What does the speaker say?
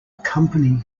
company